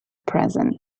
present